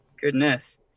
goodness